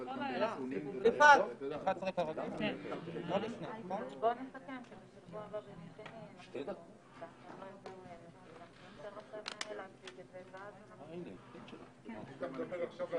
10:25.